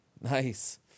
Nice